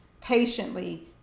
patiently